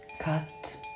cut